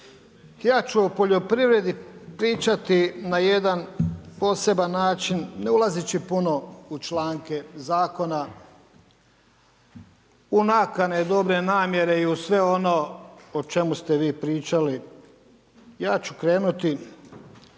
Ja ću o poljoprivredi pričati na jedan poseban način ne ulazeći puno u članke zakona, u nakane, dobre namjere i u sve ono o čemu ste vi pričali. Ja ću krenuti